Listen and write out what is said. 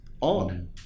on